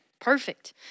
perfect